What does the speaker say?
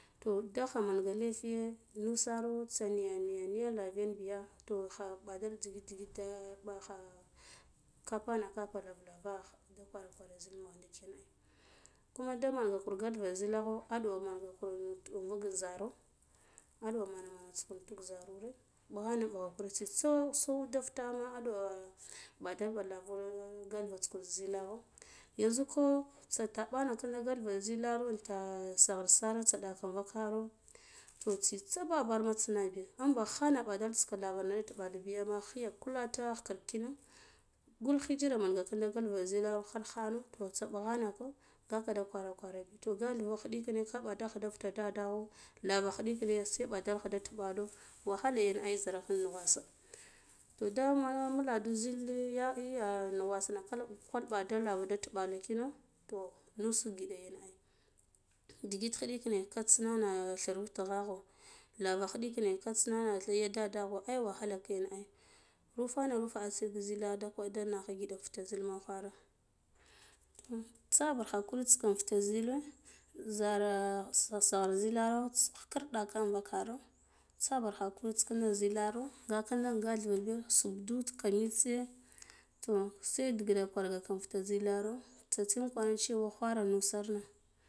To dagha manga lefiya nusaro tsa niya niya niya lavan biya toh kha bidal bidal zier ta zigite de balcha ka pana parna larda kla kwara zil mugha ndikina ai kuma da manga kur gata za zila kho aduwo mege kur invuk zaro adiwo minets kure intuk zirare bughara bughar kur tsitsa so isuk da fitima ɓa ɓetarɓi larure galva zi zilaho yanzu ko tsataɓana ƙinda galva za zilro inta saghar sir la vakaro to tsitsa babarma tsinabi imbe khin ata badalɓa lavana latuɓala ba khiye kulata khi kird kind ghul khijira men ga kinda galva za zilaro khar khano to tsibe ghana ko aa ngaka di kwara kwara bi to nga luro khiɗikine ka badekha da futo dadakho lava khiɗikine se badelkha tubilo wahala yan ai ziragh nnugwisa toh nde mane nuladu zil iya nugwa sina kal kwal badal tuɓala kino foh nua agida yan ai digit khidikine tsinane thir witghako lara khidirkine ka tsinane ya da daho ai wahalak ina ai rufane rufa airi zila da kwa da nagha ngiɗa fats zila ma khwara to tsabar hankwits ka infuts zile zira saghar zilara insi khikir ɗa lar invaka o tsiber hakuri tsikince, za zilero nga, kinda galva biya sukdu ka mitse to se digadake di kwirga ka infits zilaro tsatin kwar cewa khwira nusar na